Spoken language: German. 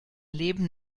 leben